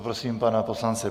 Prosím, pane poslanče.